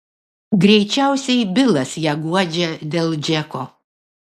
greičiausiai bilas ją guodžia dėl džeko